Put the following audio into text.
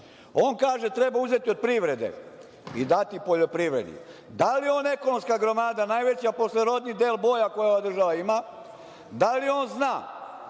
kaže da treba uzeti od privrede i dati poljoprivredi. Da li je on ekonomska gromada najveća posle Rodni Del Boja, koje ova država ima? Da li on zna